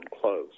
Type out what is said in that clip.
close